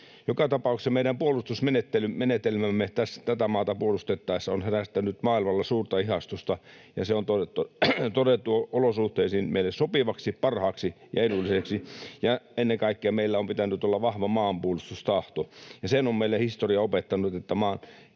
Joka tapauksessa meidän puolustusmenetelmämme tätä maata puolustettaessa on herättänyt maailmalla suurta ihastusta, ja se on todettu meidän olosuhteisiin sopivaksi, parhaaksi ja edulliseksi. Ja ennen kaikkea meillä on pitänyt olla vahva maanpuolustustahto. Sen on meille historia opettanut, että oman